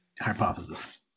hypothesis